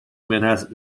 manhasset